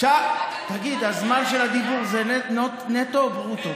תגיד, הזמן של הדיבור זה נטו או ברוטו?